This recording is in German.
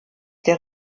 der